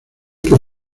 que